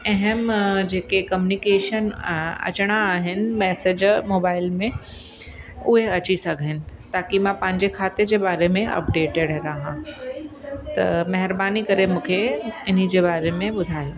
अहम जेके कम्युनीकेशन अचिणा आहिनि मैसेज मोबाइल में उए अची सघनि ताकी मां पंहिंजे खाते जे बारे में अपडेटिड रहां त महिरबानी करे इन जे बारे में ॿुधायो